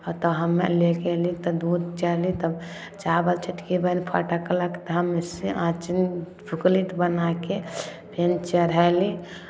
हँ तऽ हमे लए कऽ अयली तऽ दूध चढ़ेली तऽ चावल छोटकी बहीन फटकलक तऽ हम उससे आँच फुकली तऽ बना कऽ फेर चढ़यली